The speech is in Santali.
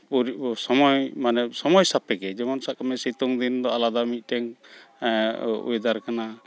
ᱥᱚᱢᱚᱭ ᱢᱟᱱᱮ ᱥᱚᱢᱱᱚᱭ ᱥᱟᱯᱮᱠᱠᱷᱮ ᱡᱮᱢᱚᱱ ᱥᱟᱵ ᱠᱟᱜ ᱢᱮ ᱥᱤᱛᱩᱝ ᱫᱤᱱ ᱫᱚ ᱟᱞᱟᱫ ᱢᱤᱫᱴᱮᱝ ᱚᱭᱮᱫᱟᱨ ᱠᱟᱱᱟ